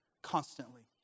constantly